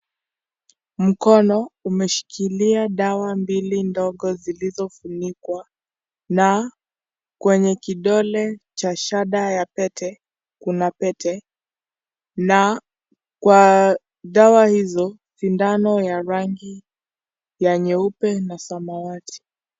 Mkono umeshikilia dawa mbili ndogo zilizofunikwa na kwenye kidole cha shada ya pete kuna pete na kwa dawa hizo, sindano ya rangi ya nyeupe na samawati.